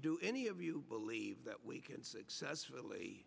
do any of you believe that we can successfully